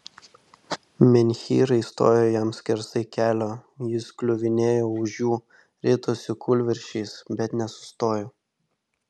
menhyrai stojo jam skersai kelio jis kliuvinėjo už jų ritosi kūlvirsčias bet nesustojo